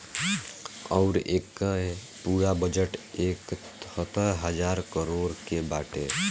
अउर एके पूरा बजट एकहतर हज़ार करोड़ के बाटे